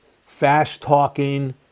fast-talking